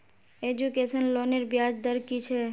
Education लोनेर ब्याज दर कि छे?